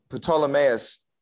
Ptolemaeus